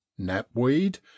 Napweed